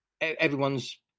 everyone's